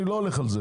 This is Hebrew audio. אני לא הולך על זה,